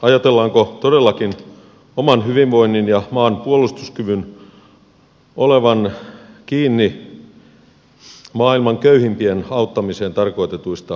ajatellaanko todellakin oman hyvinvoinnin ja maan puolustuskyvyn olevan kiinni maailman köyhimpien auttamiseen tarkoitetuista määrärahoista